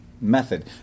method